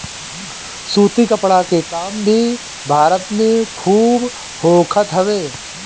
सूती कपड़ा के काम भी भारत में खूब होखत हवे